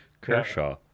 kershaw